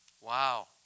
Wow